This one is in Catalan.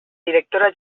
directora